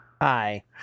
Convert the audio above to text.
Hi